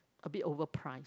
a bit overpriced